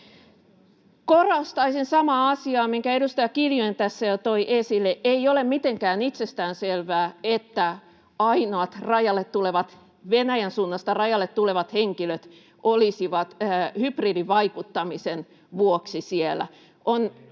Korostaisin samaa asiaa, minkä edustaja Kiljunen tässä jo toi esille: Ei ole mitenkään itsestään selvää, että ainoat Venäjän suunnasta rajalle tulevat henkilöt olisivat hybridivaikuttamisen vuoksi siellä.